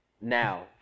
now